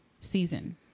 season